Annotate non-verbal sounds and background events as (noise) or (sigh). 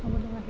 (unintelligible)